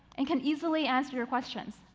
and can easily answer your questions,